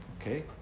Okay